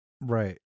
Right